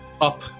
up